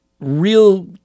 real